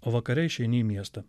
o vakare išeini į miestą